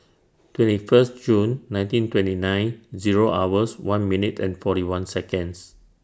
twenty First June nineteen twenty nine Zero hours one minute and forty one Seconds